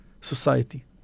society